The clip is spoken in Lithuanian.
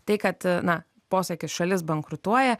tai kad na posakis šalis bankrutuoja